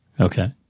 Okay